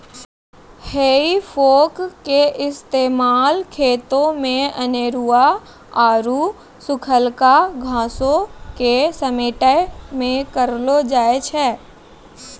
हेइ फोक के इस्तेमाल खेतो मे अनेरुआ आरु सुखलका घासो के समेटै मे करलो जाय छै